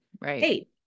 right